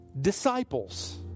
disciples